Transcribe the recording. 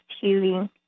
healing